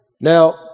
Now